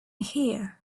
here